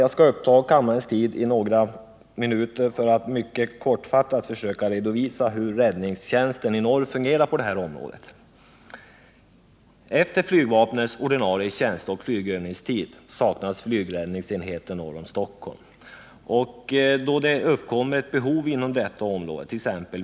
Jag skall uppta kammarens tid i några minuter för att mycket kortfattat försöka redovisa hur räddningstjänsten i norr fungerar på det här området. Efter flygvapnets ordinarie tjänsteoch flygövningstid saknas det flygräddningsenheter norr om Stockholm. Då det uppkommer ett behov inom detta område,t.ex.